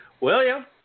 William